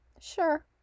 Sure